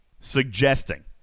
suggesting